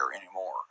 anymore